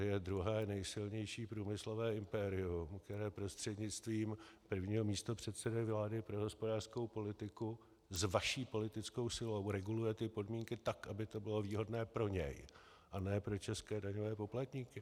Tady je druhé nejsilnější průmyslové impérium, které prostřednictvím prvního místopředsedy vlády pro hospodářskou politiku s vaší politickou silou reguluje ty podmínky tak, aby to bylo výhodné pro něj, ale ne pro české daňové poplatníky.